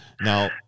Now